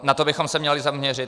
Na to bychom se měli zaměřit.